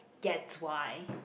that's why